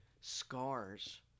scars